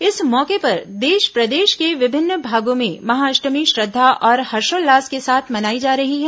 इस मौके पर देश प्रदेश के विभिन्न भागों में महाष्टमी श्रद्वा और हर्षोल्लास के साथ मनाई जा रही है